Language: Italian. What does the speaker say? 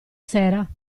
sera